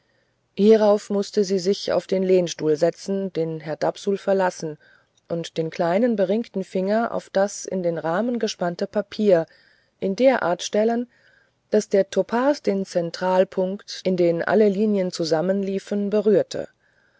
hierauf mußte sie sich auf den lehnstuhl setzen den herr dapsul verlassen und den kleinen beringten finger auf das in den rahmen gespannte papier in der art stellen daß der topas den zentralpunkt in den alle linien zusammenliefen berührte